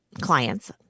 clients